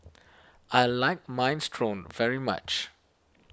I like Minestrone very much